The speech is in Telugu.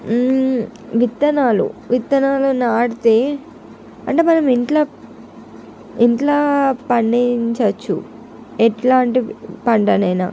విత్తనాలు విత్తనాలను నాటితే అంటే మనం ఇంట్లో ఇంట్లో పండించవచ్చు ఎట్లా అంటే పంటనైనా